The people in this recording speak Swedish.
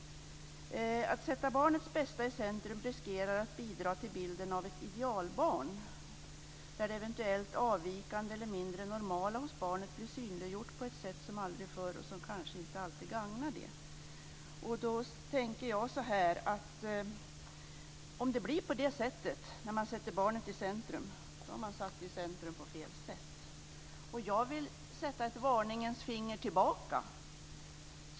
Att sätta barnets bästa i centrum riskerar att bidra till bilden av ett idealbarn där det eventuellt avvikande eller mindre normala hos barnet blir synliggjort på ett sätt som aldrig förr och som kanske inte alltid gagnar det. Då tänkte jag att om det blir på det sättet om man sätter barnet i centrum så har man satt det i centrum på fel sätt. Jag vill höja ett varningens finger tillbaka.